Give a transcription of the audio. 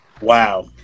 Wow